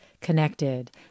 connected